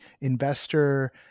investor